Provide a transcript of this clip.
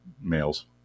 males